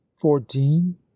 fourteen